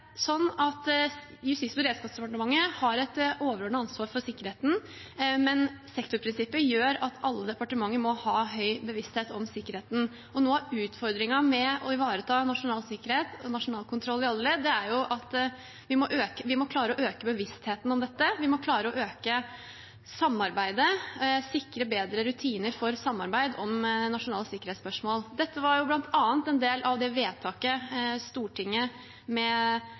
beredskapsdepartementet har et overordnet ansvar for sikkerheten, men sektorprinsippet gjør at alle departementer må ha høy bevissthet om sikkerheten. Noe av utfordringen ved å ivareta nasjonal sikkerhet og nasjonal kontroll i alle ledd er at vi må klare å øke bevisstheten om det. Vi må klare å øke samarbeidet og sikre bedre rutiner for samarbeid om nasjonale sikkerhetsspørsmål. Dette var bl.a. en del av det vedtaket Stortinget, med